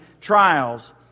trials